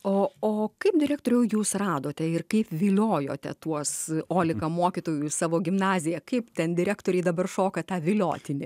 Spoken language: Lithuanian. o o kaip direktoriau jūs radote ir kaip viliojote tuos olika mokytojų savo gimnaziją kaip ten direktoriai dabar šoka tą viliotinį